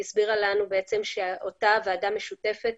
היא הסבירה לנו שאותה ועדה משותפת,